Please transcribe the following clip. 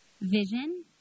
vision